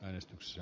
äänestyksessä